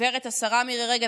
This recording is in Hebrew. הגברת השרה מירי רגב,